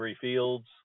Fields